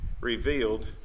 revealed